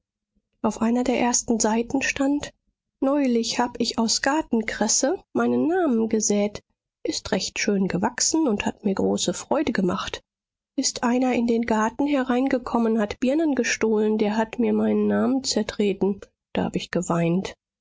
auf einer der ersten seiten stand neulich hab ich aus gartenkresse meinen namen gesäet ist recht schön gewachsen und hat mir große freude gemacht ist einer in den garten hereingekommen hat birnen gestohlen der hat mir meinen namen zertreten da hab ich geweint